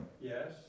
Yes